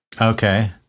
Okay